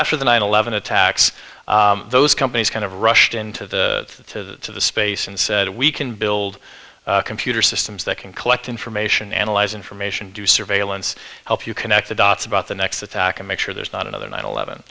after the nine eleven attacks those companies kind of rushed into the space and said we can build computer systems that can collect information analyze information do surveillance help you connect the dots about the next attack and make sure there's not another nine eleven